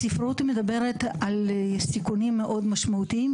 הספרות מדברת על סיכונים מאוד משמעותיים.